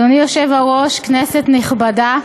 אדוני היושב-ראש, כנסת נכבדה,